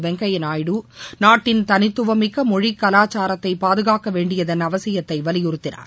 வெங்கையா நாயுடு நாட்டின் தனித்துவமிக்க மொழி கலாச்சாரத்தை பாதுகாக்க வேண்டியதன் அவசியத்தையும் வலியுறுத்தினார்